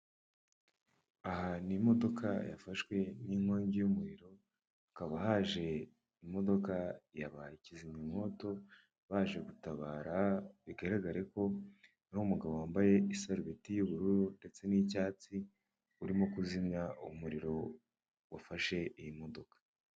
Aha ni imodoka yafashwe n'inkongi y'umuriro, hakaba haje imodoka yaba kizimyamwoto baje gutabara bigaragare ko hari umugabo wambaye isarubeti y'ubururu ndetse n'icyatsi urimo kuzimya umuriro wafashe iyi modoka.